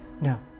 No